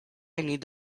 need